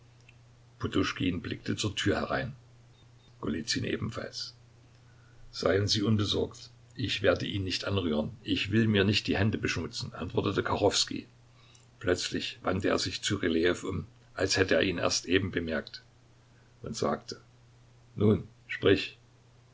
blickte zur tür herein golizyn ebenfalls seien sie unbesorgt ich werde ihn nicht anrühren ich will mir nicht die hände beschmutzen antwortete kachowskij plötzlich wandte er sich zu rylejew um als hätte er ihn erst eben bemerkt und sagte nun sprich